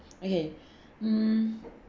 okay mm